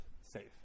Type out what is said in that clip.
safe